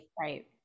right